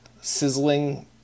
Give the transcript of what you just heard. sizzling